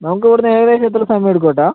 നമുക്ക് ഇവിടെനിന്ന് ഏകദേശം എത്ര സമയം എടുക്കും ഏട്ടാ